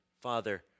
Father